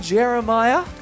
Jeremiah